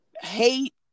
hate